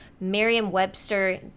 Merriam-Webster